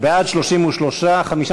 להעביר את הצעת חוק